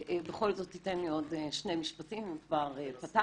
בכל זאת תן לי עוד שני משפטים, אם כבר פתחנו.